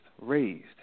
raised